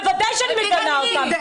בוודאי שאני מגנה אותם.